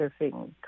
surfing